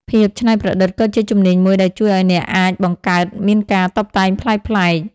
ភាពច្នៃប្រឌិត ក៏ជាជំនាញមួយដែលជួយឱ្យអ្នកអាចបង្កើតមានការតុបតែងប្លែកៗ។